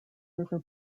river